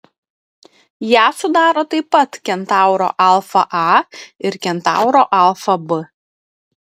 ją sudaro taip pat kentauro alfa a ir kentauro alfa b